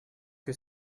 que